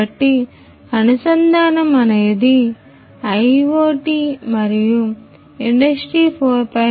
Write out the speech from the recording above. కాబట్టి అనుసంధానం అనేది IIoT మరియు ఇండస్ట్రీ 4